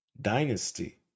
dynasty